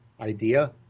idea